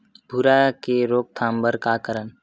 भूरा के रोकथाम बर का करन?